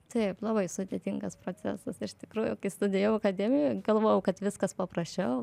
taip labai sudėtingas procesas iš tikrųjų studijavau akademijoj galvojau kad viskas paprasčiau